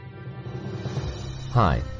Hi